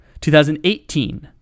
2018